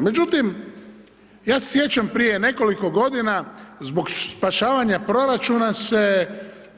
Međutim ja se sjećam prije nekoliko godina, zbog spašavanja proračuna se